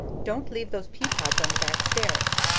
don't leave those peapods on the back stairs.